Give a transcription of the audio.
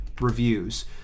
reviews